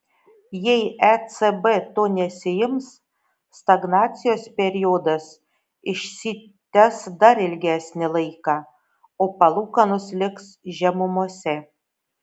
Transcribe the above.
jei ecb to nesiims stagnacijos periodas išsitęs dar ilgesnį laiką o palūkanos liks žemumose